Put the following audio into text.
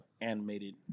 animated